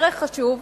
ערך חשוב.